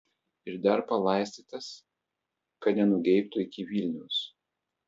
ir dar palaistytas kad nenugeibtų iki vilniaus